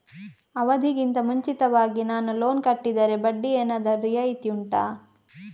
ಅವಧಿ ಗಿಂತ ಮುಂಚಿತವಾಗಿ ನಾನು ಲೋನ್ ಕಟ್ಟಿದರೆ ಬಡ್ಡಿ ಏನಾದರೂ ರಿಯಾಯಿತಿ ಉಂಟಾ